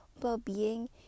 well-being